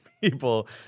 people